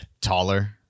taller